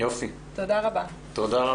תודה רבה.